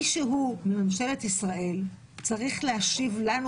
מישהו מממשלת ישראל צריך להשיב לנו,